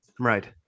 Right